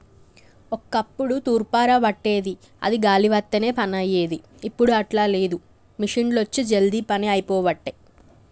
ఒక్కప్పుడు తూర్పార బట్టేది అది గాలి వత్తనే పని అయ్యేది, ఇప్పుడు అట్లా లేదు మిషిండ్లొచ్చి జల్దీ పని అయిపోబట్టే